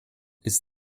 ist